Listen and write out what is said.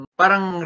parang